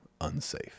Unsafe